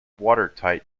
watertight